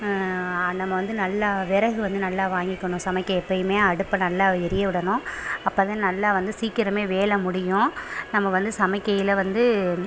நம்ம வந்து நல்லா விறகு வந்து நல்லா வாங்கிக்கணும் சமைக்க எப்போயுமே அடுப்பை நல்லா ஏறிய விடணும் அப்போ தான் நல்லா வந்து சீக்கிரமே வேலை முடியும் நம்ம வந்து சமைக்கையில் வந்து